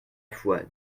fois